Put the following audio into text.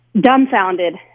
dumbfounded